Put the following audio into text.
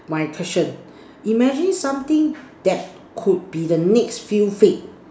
my question imagine something that could be the next feel feed